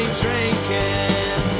drinking